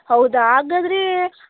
ಹೌದಾ ಹಾಗಾದರೆ